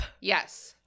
Yes